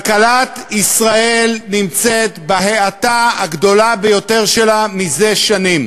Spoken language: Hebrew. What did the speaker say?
כלכלת ישראל נמצאת בהאטה הגדולה ביותר שלה זה שנים.